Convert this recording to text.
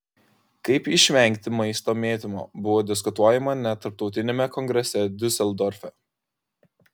kaip išvengti maisto mėtymo buvo diskutuojama net tarptautiniame kongrese diuseldorfe